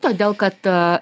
todėl kad a